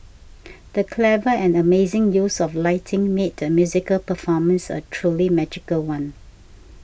the clever and amazing use of lighting made the musical performance a truly magical one